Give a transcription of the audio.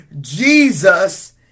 Jesus